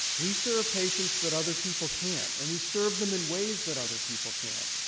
we serve patients that other people can't, and we serve them in ways that other people can't.